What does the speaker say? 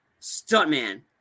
stuntman